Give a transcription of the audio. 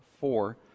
four